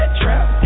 trap